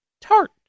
tart